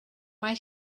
mae